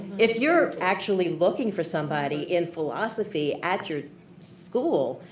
if you're actually looking for somebody in philosophy at your school,